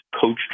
coach